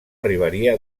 arribaria